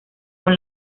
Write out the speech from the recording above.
con